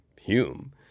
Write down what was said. Hume